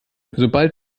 sobald